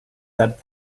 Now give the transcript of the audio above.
that